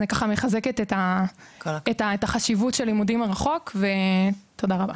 אני ככה מחזקת את החשיבות של לימודים מרחוק ותודה רבה.